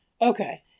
Okay